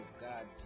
God